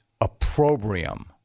Opprobrium